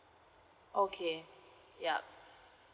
okay yup